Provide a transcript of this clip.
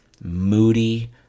moody